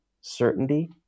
certainty